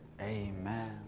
Amen